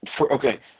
Okay